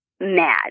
mad